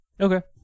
Okay